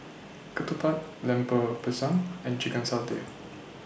Ketupat Lemper Pisang and Chicken Satay